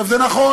עכשיו, זה נכון.